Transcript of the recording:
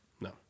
No